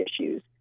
issues